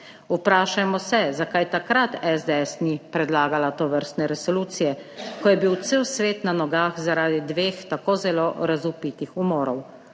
Vprašajmo se, zakaj takrat SDS ni predlagala tovrstne resolucije, ko je bil cel svet na nogah zaradi dveh tako zelo razvpitih umorov,